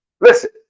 Listen